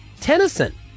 Tennyson